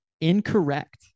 Incorrect